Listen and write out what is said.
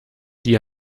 die